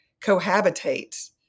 cohabitate